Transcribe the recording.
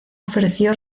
ofreció